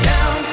Now